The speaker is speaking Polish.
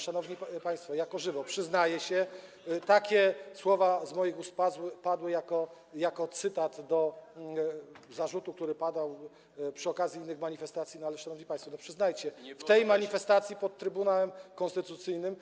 Szanowni państwo, jako żywo przyznaję się, że takie słowa z moich ust padły jako cytat do zarzutu, który padał przy okazji innych manifestacji, ale, szanowni państwo, przyznajcie się, w tej manifestacji pod Trybunałem Konstytucyjnym.